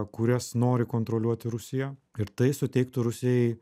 kurias nori kontroliuoti rusija ir tai suteiktų rusijai